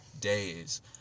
days